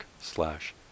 slash